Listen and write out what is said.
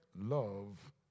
love